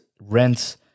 rents